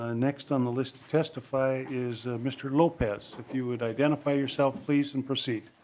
ah next on the list of testify is mr. lopez. if you would identify yourself please and proceed.